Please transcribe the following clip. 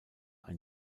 ein